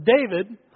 David